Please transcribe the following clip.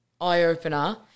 eye-opener